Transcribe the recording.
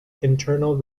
internal